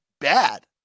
bad